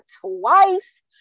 twice